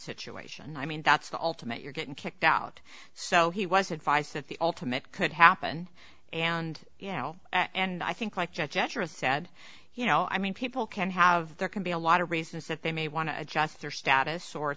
situation i mean that's the ultimate you're getting kicked out so he was advised that the ultimate could happen and you know and i think like gesture of said you know i mean people can have there can be a lot of reasons that they may want to adjust their status or